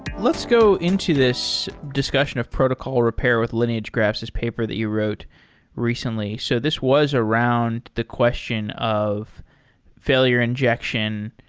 let's go into this discussion of protocol repair with lineage graphs, this paper that you wrote recently. so this was around the question of failure injection,